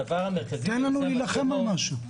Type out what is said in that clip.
תן לנו להילחם על משהו.